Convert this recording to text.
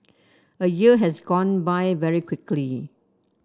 a year has gone by very quickly